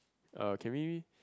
uh can we